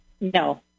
No